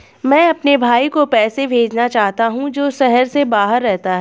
मैं अपने भाई को पैसे भेजना चाहता हूँ जो शहर से बाहर रहता है